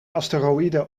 asteroïde